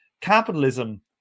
capitalism